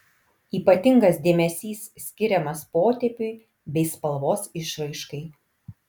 ypatingas dėmesys skiriamas potėpiui bei spalvos išraiškai